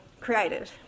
created